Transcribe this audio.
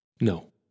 No